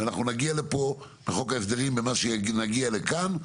אנחנו נגיע לפה לחוק ההסדרים במה שנגיע לכאן,